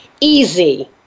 easy